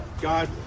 God